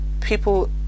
people